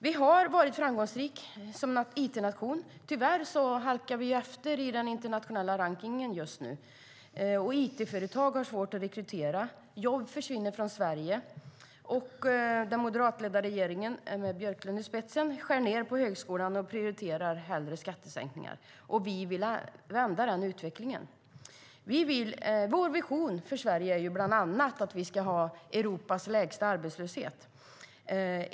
Vi har varit framgångsrika som it-nation. Tyvärr halkar vi efter i den internationella rankningen just nu, it-företag har svårt att rekrytera, jobb försvinner från Sverige, och den moderatledda regeringen med Björklund i spetsen skär ned på högskolan och prioriterar skattesänkningar. Vi vill vända den utvecklingen. Vår vision för Sverige är bland annat att vi ska ha Europas lägsta arbetslöshet.